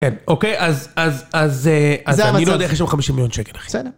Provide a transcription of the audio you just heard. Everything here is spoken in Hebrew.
כן, אוקיי, אז אני לא יודע איך יש שם 50 מיליון שקל, אחי.